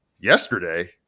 yesterday